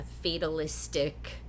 fatalistic